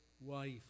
wife